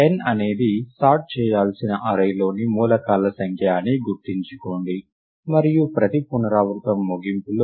n అనేది sort చేయాల్సిన array లోని మూలకాల సంఖ్య అని గుర్తుంచుకోండి మరియు ప్రతి పునరావృతం ముగింపులో